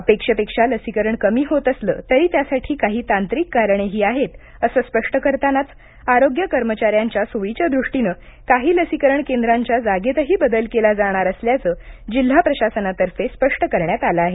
अपेक्षेपेक्षा लसीकरण कमी होत असलं तरी त्यासाठी काही तांत्रिक कारणेही आहेत असं स्पष्ट करतानाच आरोग्य कर्मचाऱ्यांच्या सोयीच्या दृष्टीनं काही लसीकरण केंद्रांच्या जागेतही बदल केला जाणार असल्याचं जिल्हा प्रशासनातर्फे स्पष्ट करण्यात आलं आहे